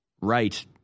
right